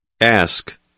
Ask